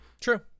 True